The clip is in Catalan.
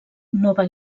nova